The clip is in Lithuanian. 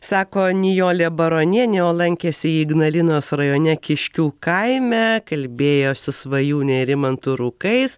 sako nijolė baronienė o lankėsi ignalinos rajone kiškių kaime kalbėjo su svajūne ir rimantu rukais